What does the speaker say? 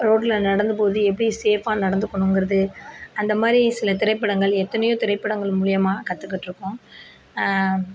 ரோட்டில் நடந்து போவது எப்படி சேஃப்பாக நடந்துக்கணுங்கிறது அந்தமாதிரி சில திரைப்படங்கள் எத்தனையோ திரைப்படங்கள் மூலியமாக கற்றுக்கிட்ருக்கோம்